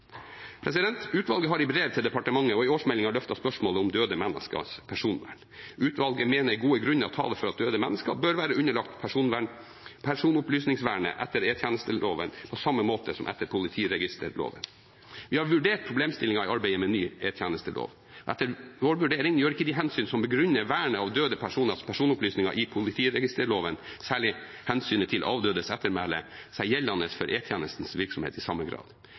Utvalget har i brev til departementet og i årsmeldingen løftet spørsmålet om døde menneskers personvern. Utvalget mener gode grunner taler for at døde mennesker bør være underlagt personopplysningsvernet etter lov om Etterretningstjenesten, på samme måte som etter politiregisterloven. Vi har vurdert problemstillingen i arbeidet med ny etterretningstjenestelov. Etter vår vurdering gjør ikke de hensyn som begrunner vernet av døde personers personopplysninger i politiregisterloven, særlig hensynet til avdødes ettermæle, seg gjeldende for E-tjenestens virksomhet i samme grad.